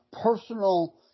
personal